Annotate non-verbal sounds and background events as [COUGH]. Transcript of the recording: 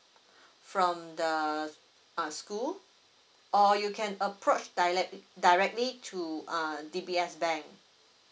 [BREATH] from the uh school or you can approach direct~ directly to uh D_B_S bank